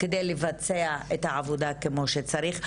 כדי לבצע את העבודה כמו שצריך.